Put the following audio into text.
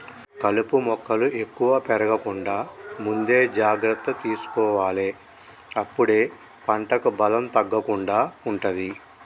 కలుపు మొక్కలు ఎక్కువ పెరగకుండా ముందే జాగ్రత్త తీసుకోవాలె అప్పుడే పంటకు బలం తగ్గకుండా ఉంటది